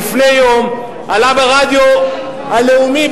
לפני יום עלה ברדיו הלאומי,